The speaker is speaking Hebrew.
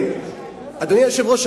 אדוני היושב-ראש,